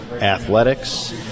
Athletics